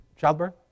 childbirth